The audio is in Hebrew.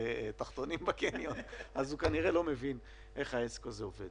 תחתונים בקניון אז הוא כנראה לא מבין איך העסק הזה עובד.